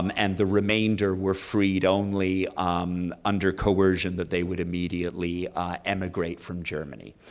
um and the remainder were freed only under coercion that they would immediately emigrate from germany.